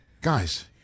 Guys